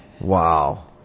wow